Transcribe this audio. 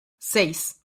seis